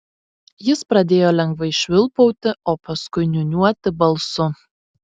jis pradėjo lengvai švilpauti o paskui niūniuoti balsu